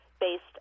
based